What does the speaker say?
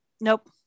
Nope